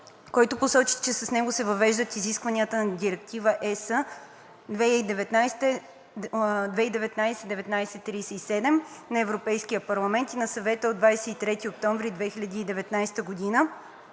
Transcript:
който посочи, че с него се въвеждат изискванията на Директива (ЕС) 2019/1937 на Европейския парламент и на Съвета от 23 октомври 2019 година